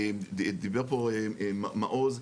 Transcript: דיבר פה מעוז,